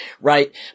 right